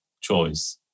choice